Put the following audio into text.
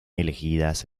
elegidas